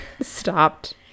stopped